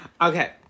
Okay